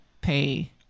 pay